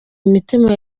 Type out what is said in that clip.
imitima